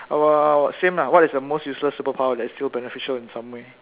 uh same lah what is the most useless superpower that's still beneficial in some way